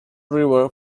river